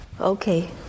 Okay